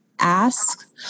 ask